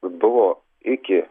buvo iki